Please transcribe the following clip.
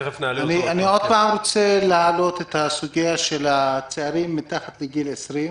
אני רוצה להעלות שוב את הסוגיה של הצעירים מתחת לגיל 20,